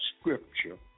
scripture